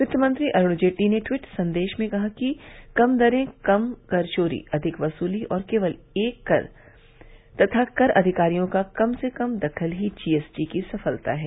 वित्तमंत्री अरुण जेटली ने ट्वीट संदेश में कहा कि कम दरें कम कर चोरी अधिक वसूली और केवल एक कर तथा कर अधिकारियों का कम से कम दखल ही जीएसटी की सफलता है